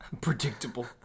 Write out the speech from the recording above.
Predictable